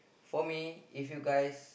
for me if you guys